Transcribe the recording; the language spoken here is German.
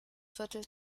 viertel